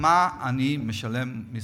על מה אני משלם מסים?